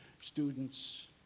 students